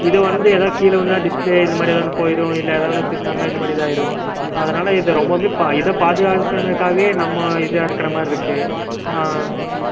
இது வந்து எதாது கீழே விழுந்தால் டிஸ்ப்லே இந்த மாதிரி எதாது ஒன்று போயிடும் இல்லை எதாது ஒன்று திருடிட்னாங்ன்னா இந்த மாதிரி இதாயிரும் அதனால் இது ரொம்பவுமே இதை பாதுகாக்கணுங்றக்காகவே நம்ம இதாக இருக்கிற மாதிரி இருக்குது